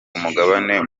umugabane